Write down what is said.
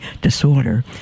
disorder